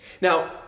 Now